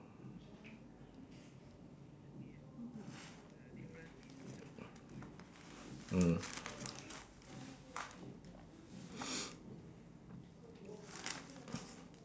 mm